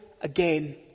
again